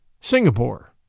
Singapore